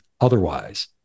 otherwise